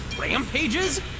rampages